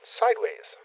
sideways